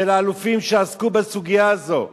של האלופים שעסקו בסוגיה הזאת,